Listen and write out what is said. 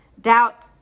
Doubt